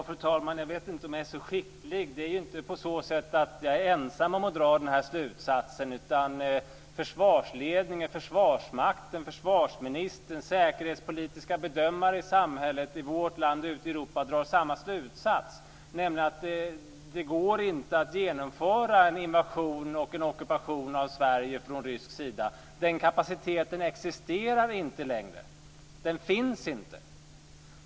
Fru talman! Jag vet inte om jag är så skicklig. Det är inte så att jag är ensam om att dra den här slutsatsen. Försvarsledningen, Försvarsmakten, försvarsministern och säkerhetspolitiska bedömare i samhället i vårt land och ute i Europa drar samma slutsats. Det går inte att genomföra en invasion och en ockupation av Sverige från rysk sida. Den kapaciteten existerar inte längre. Den finns inte.